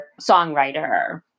songwriter